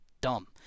Dumb